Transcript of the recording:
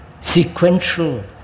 sequential